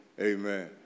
amen